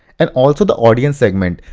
and also the audience segment.